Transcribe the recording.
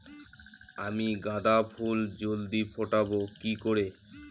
আমি গাঁদা ফুল জলদি ফোটাবো কি করে?